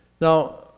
Now